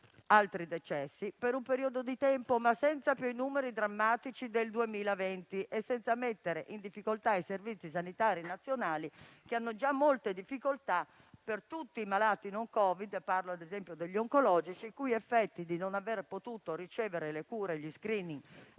altri decessi per un certo periodo, ma senza più i numeri drammatici del 2020 e senza mettere in difficoltà i servizi sanitari nazionali, che hanno già molte difficoltà per tutti i malati non Covid, ad esempio gli oncologici, per i quali il fatto di non aver potuto ricevere le cure e gli *screening*